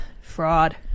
Fraud